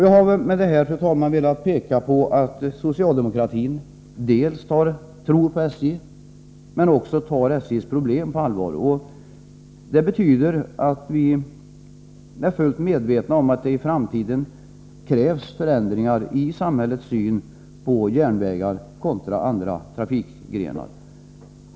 Jag har med det här, fru talman, velat visa på att socialdemokratin dels tror på SJ, dels tar SJ:s problem på allvar. Det betyder att vi är fullt medvetna om att det i framtiden krävs förändringar i samhällets syn på järnvägar kontra andra trafikgrenar.